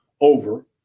over